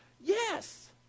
Yes